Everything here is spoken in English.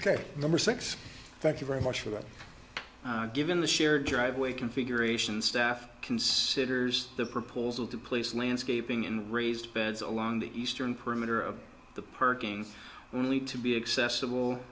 ok number six thank you very much for that given the shared driveway configuration staff considers the proposal to place landscaping in raised beds along the eastern perimeter of the perking only to be accessible